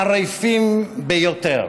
חריפים ביותר